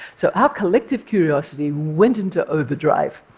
so our collective curiosity went into overdrive.